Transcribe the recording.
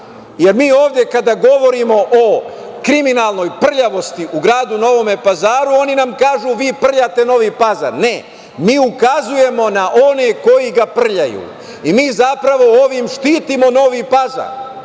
Pazarom. Mi ovde kada govorimo o kriminalnoj prljavosti u gradu Novom Pazaru, oni nam kažu – vi prljate Novi Pazar. Ne, mi ukazujemo ne one koji ga prljaju i zapravo ovim štitimo Novi Pazar,